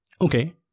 Okay